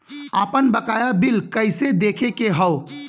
आपन बकाया बिल कइसे देखे के हौ?